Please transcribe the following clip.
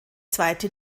zweite